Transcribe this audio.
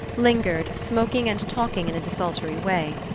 lingered, smoking and talking in a desultory way.